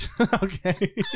Okay